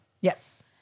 yes